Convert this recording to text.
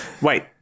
Wait